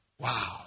Wow